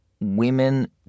women